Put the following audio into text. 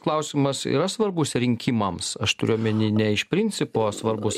klausimas yra svarbus rinkimams aš turiu omeny ne iš principo svarbus